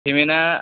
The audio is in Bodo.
पेमेन्तआ